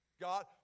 God